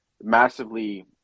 massively